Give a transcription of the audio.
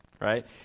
right